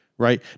Right